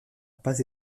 pas